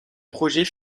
projets